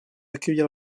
accueillir